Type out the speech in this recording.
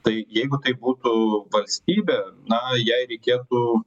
tai jeigu tai būtų valstybė na jei reikėtų